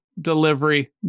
delivery